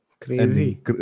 crazy